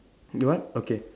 do what okay